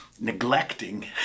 neglecting